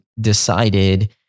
decided